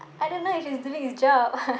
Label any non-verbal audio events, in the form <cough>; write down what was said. I don't know if it's doing its job <laughs>